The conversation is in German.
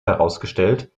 herausgestellt